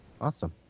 Awesome